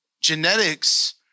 genetics